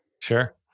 Sure